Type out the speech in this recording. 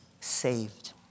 saved